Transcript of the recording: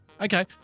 Okay